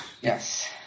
Yes